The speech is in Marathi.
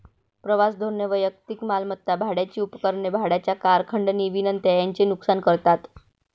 प्रवास धोरणे वैयक्तिक मालमत्ता, भाड्याची उपकरणे, भाड्याच्या कार, खंडणी विनंत्या यांचे नुकसान करतात